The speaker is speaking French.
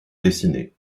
dessinée